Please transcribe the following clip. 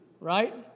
right